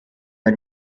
the